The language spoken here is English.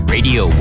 Radio